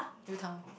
U-Town